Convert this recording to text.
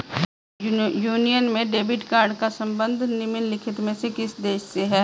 Union Pay debit card का संबंध निम्नलिखित में से किस देश से है?